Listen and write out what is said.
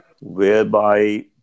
whereby